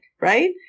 right